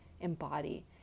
embody